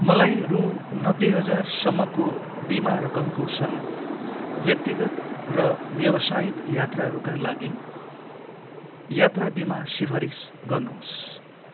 मलाई रु नब्बे हजारसम्मको बिमा रकमको साथ व्यक्तिगत र व्यावसायिक यात्राहरूका लागि यात्रा बिमा सिफारिस गर्नुहोस्